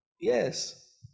Yes